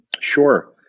Sure